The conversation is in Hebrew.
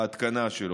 ההתקנה שלו,